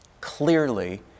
Clearly